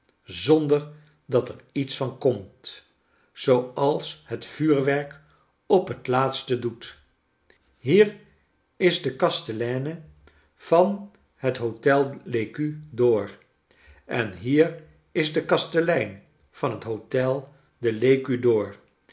zonder dat er iets van komt zooals het vuurwerk op het laatst doet hier is de kasteleines van het hotel de l'ecu d'or en hier is de kastelein van het hotel de tecu d'or